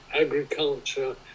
agriculture